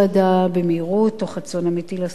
תוך רצון אמיתי לעשות שינוי משמעותי.